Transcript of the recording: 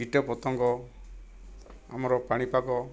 କୀଟ ପତଙ୍ଗ ଆମର ପାଣି ପାଗ